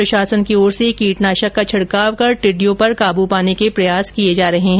प्रशासन की ओर से कीटनाशक का छिडकाव कर टिड्डियों पर काबू पाने के प्रयास किए जा रहे है